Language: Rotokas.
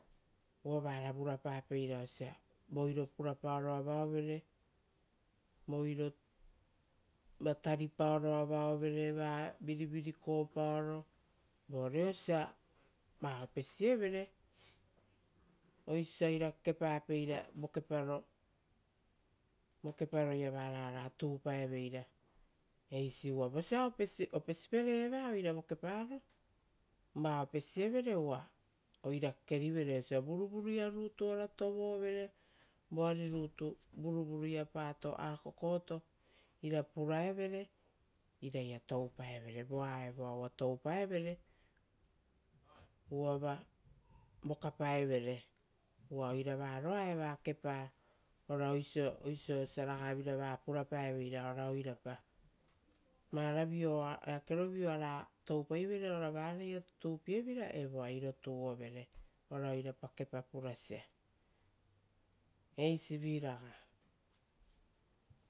Uva vara vurapapeira osia voiro purapaoro avaovere, voirova taripaoro avaovere vava virivirikopaoro, vore asia va opesievere. Osio osia oira kekepapeira, vokeparoia varao oara tupaeveira, uva vosia opesipere eva oira vokeparo va opesievere uva oira kekerivere osia vuruvuruia rutu ora tovovere voari rutu. Vuruvuruiapato akokoto ira puraevere iraia toupaevere voa evoa uva toupaevere uvava vokapaevere. Uva oira varoaeva kepa, ora oisio osia raga vira va purapaeveira. Varavio oara toupaiveira tutupievira, evoa iro tuo vere, oira oirapa kepa purasia. Eisivi raga.